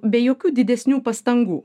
be jokių didesnių pastangų